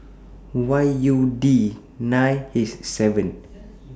Y U D nine H seven